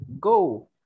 go